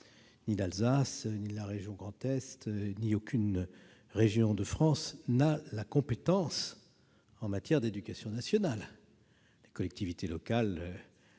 Ni l'Alsace, ni la région Grand Est, ni aucune région de France n'ont la compétence en matière d'éducation nationale. Les collectivités locales